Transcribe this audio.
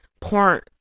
porn